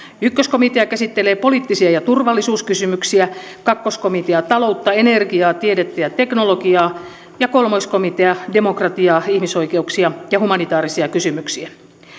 ykköskomitea käsittelee poliittisia ja turvallisuuskysymyksiä kakkoskomitea taloutta energiaa tiedettä ja teknologiaa ja kolmoiskomitea demokratiaa ihmisoikeuksia ja humanitaarisia kysymyksiä